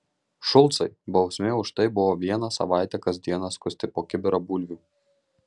šulcai bausmė už tai buvo vieną savaitę kas dieną skusti po kibirą bulvių